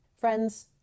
Friends